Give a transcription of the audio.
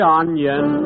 onion